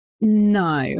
No